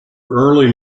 early